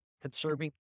Conserving